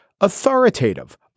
authoritative